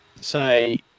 say